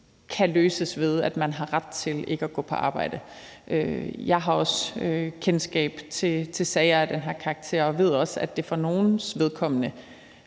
kan løses, ved at man har ret til ikke at gå på arbejde. Jeg har også kendskab til sager af den her karakter og ved også, at for nogles vedkommende